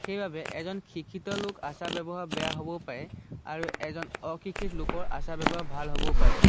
সেইবাবে এজন শিক্ষিত লোক আচাৰ ব্যৱহাৰ বেয়া হ'ব পাৰে আৰু এজন অশিক্ষিত লোকৰ আচাৰ ব্যৱহাৰ ভাল হ'বও পাৰে